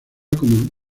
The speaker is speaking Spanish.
como